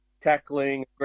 tackling